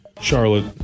Charlotte